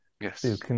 Yes